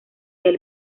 del